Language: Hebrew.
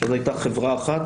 שזה היה חברה אחת,